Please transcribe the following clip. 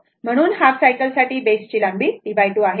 म्हणून half cycle साठी बेसची लांबी आहे